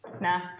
Nah